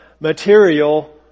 material